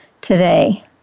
today